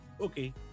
Okay